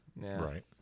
Right